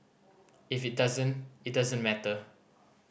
if it doesn't it doesn't matter